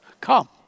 come